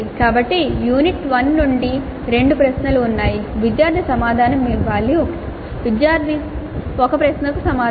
కాబట్టి యూనిట్ 1 నుండి 2 ప్రశ్నలు ఉన్నాయి విద్యార్థి సమాధానం ఇవ్వాలి 1 ప్రశ్న